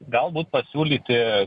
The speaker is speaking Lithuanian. galbūt pasiūlyti